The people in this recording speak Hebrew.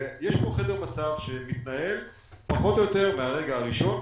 יש פה חדר מצב שמתנהל פחות או יותר מהרגע הראשון.